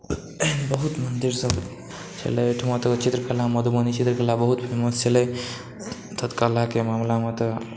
बहुत मन्दिर सब छलै एहिठाम चित्रकला मधुबनी चित्रकला बहुत फेमस छलै एतऽ कलाके मामलामे तऽ